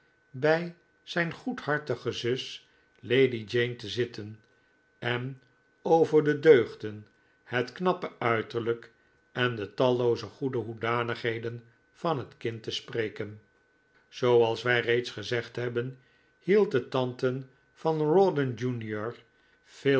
bij zijn goedhartige zuster lady jane te zitten en over de deugden het knappe uiterlijk en de tallooze goede hoedanigheden van het kind te spreken zooals wij reeds gezegd hebben hield de tante van rawdon jr veel